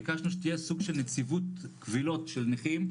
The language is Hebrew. ביקשנו שתהיה סוג של נציבות של קבילות של נכים,